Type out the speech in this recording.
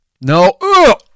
No